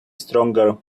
strong